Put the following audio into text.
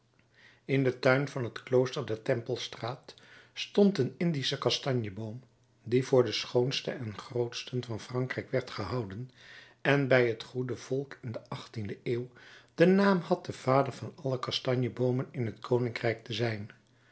in den tuin van het klooster der tempelstraat stond een indische kastanjeboom die voor den schoonsten en grootsten van frankrijk werd gehouden en bij het goede volk in de achttiende eeuw den naam had de vader van alle kastanjeboomen in het koninkrijk te zijn